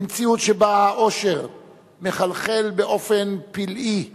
במציאות שבה העושר מחלחל באופן פלאי מעלה,